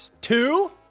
Two